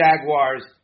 jaguars